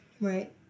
Right